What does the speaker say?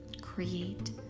Create